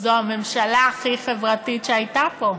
זו הממשלה הכי חברתית שהייתה פה.